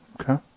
Okay